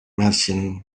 martians